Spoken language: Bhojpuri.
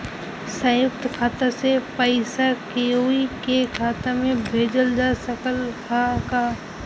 संयुक्त खाता से पयिसा कोई के खाता में भेजल जा सकत ह का?